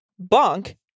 Bonk